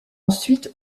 ensuite